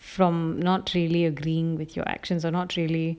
from not really agreeing with your actions or not really